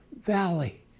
valley